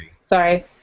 sorry